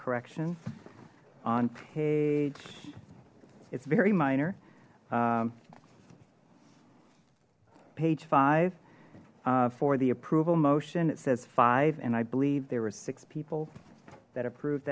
correction on page it's very minor page five for the approval motion it says five and i believe there were six people that approve